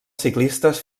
ciclistes